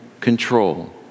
control